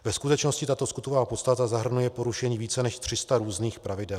Ve skutečnosti tato skutková podstata zahrnuje porušení více než 300 různých pravidel.